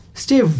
stay